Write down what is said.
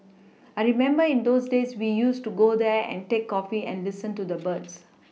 I remember in those days we used to go there and take coffee and listen to the birds